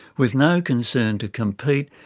with no concern to compete,